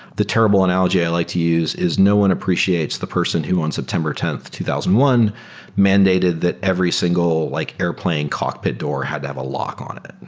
the terrible analogy i like to use is no one appreciates the person who on september tenth, two thousand and one mandated that every single like airplane cockpit door had to have a lock on it,